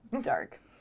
dark